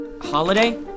Holiday